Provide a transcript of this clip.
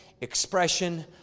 expression